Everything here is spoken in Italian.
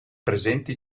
presenti